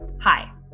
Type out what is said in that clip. Hi